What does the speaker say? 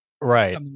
Right